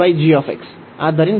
ಮತ್ತು ಈ f g